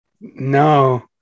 no